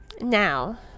Now